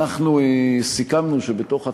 אנחנו סיכמנו שבתוך הצוות,